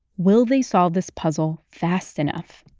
will they solve this puzzle fast enough?